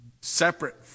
separate